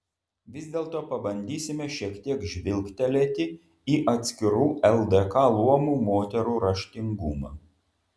vis dėlto pabandysime šiek tiek žvilgtelėti į atskirų ldk luomų moterų raštingumą